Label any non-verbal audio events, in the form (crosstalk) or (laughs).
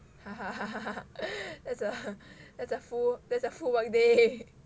(laughs) that's a that's a that's a full work day